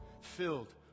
filled